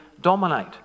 dominate